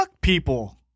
people